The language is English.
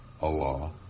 Allah